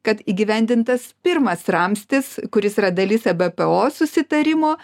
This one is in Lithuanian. kad įgyvendintas pirmas ramstis kuris yra dalis ebpo susitarimo